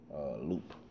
loop